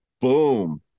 Boom